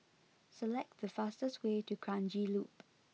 select the fastest way to Kranji Loop